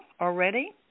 already